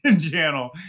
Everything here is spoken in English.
channel